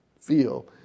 feel